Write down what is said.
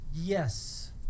Yes